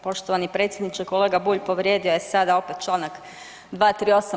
Poštovani predsjedniče, kolega Bulj povrijedio je sada opet čl. 238.